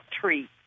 treat